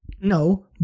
No